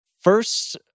First